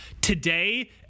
today